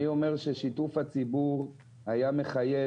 אני אומר ששיתוף הציבור היה מחייב